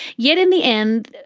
yet in the end,